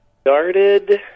Started